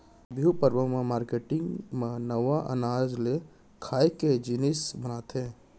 बिहू परब म मारकेटिंग मन नवा अनाज ले खाए के जिनिस बनाथे